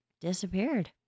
disappeared